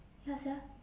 ya sia